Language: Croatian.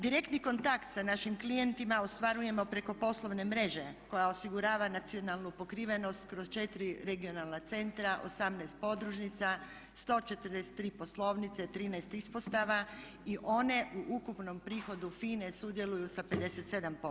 Direktni kontakt sa našim klijentima ostvarujemo preko poslovne mreže koja osigurava nacionalnu pokrivenost kroz četiri regionalna centra, 18 podružnica, 143 poslovnice, 13 ispostava i one u ukupnom prihodu FINA-e sudjeluju sa 57%